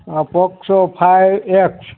આ POCSO five x